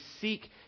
seek